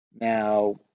Now